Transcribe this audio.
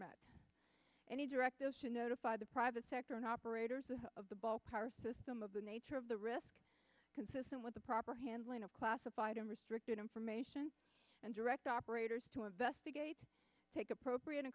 met any direct notify the private sector and operator of the ballpark system of the nature of the risk consistent with the proper handling of classified and restricted information and direct operators to investigate take appropriate